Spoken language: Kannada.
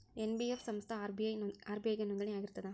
ಎನ್.ಬಿ.ಎಫ್ ಸಂಸ್ಥಾ ಆರ್.ಬಿ.ಐ ಗೆ ನೋಂದಣಿ ಆಗಿರ್ತದಾ?